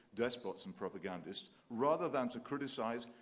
despots, and propagandists, rather than to criticize,